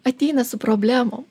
ateina su problemom